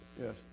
Yes